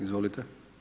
Izvolite.